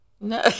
No